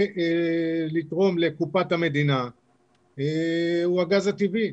ולתרום לקופת המדינה הוא הגז הטבעי.